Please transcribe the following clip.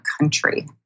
country